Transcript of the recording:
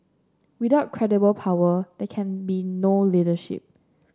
without credible power they can be no leadership